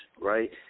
right